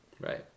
Right